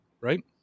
right